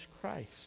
Christ